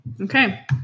Okay